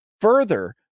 Further